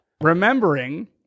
remembering